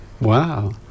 Wow